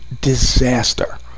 disaster